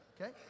Okay